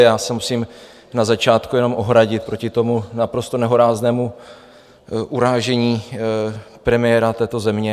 Já se musím na začátku jenom ohradit proti tomuto naprosto nehoráznému urážení premiéra této země.